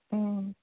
ओं